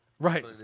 Right